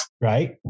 Right